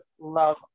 love